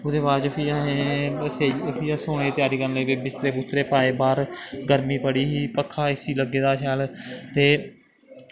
ओह्दे बाद च फ्ही असें सेई फ्ही अस सौने दी त्यारी करन लगी पे बिस्तरे बुस्तरे पाए बाह्र गर्मी बड़ी ही पक्खा एसी लग्गे दा शैल ते